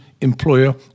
employer